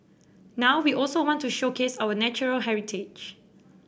now we also want to showcase our natural heritage